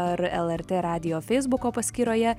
ar lrt radijo feisbuko paskyroje